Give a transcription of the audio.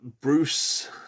Bruce